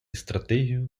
стратегію